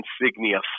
insignia